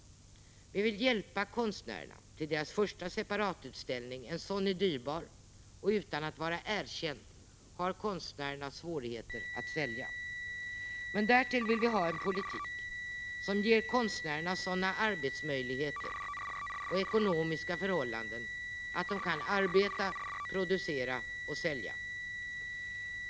Vi vill hjälpa konstnärerna till deras första separatutställning; en sådan är dyrbar, och utan att vara erkända har konstnärerna svårigheter att sälja. Men därtill vill vi ha en politik som ger konstnärerna sådana arbetsmöjligheter och ekonomiska förhållanden att de kan arbeta, producera och sälja.